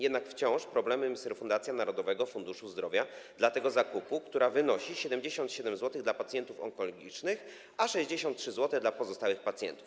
Jednak wciąż problemem jest refundacja Narodowego Funduszu Zdrowia dla tego zakupu, która wynosi 77 zł dla pacjentów onkologicznych, a 63 zł dla pozostałych pacjentów.